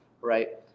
Right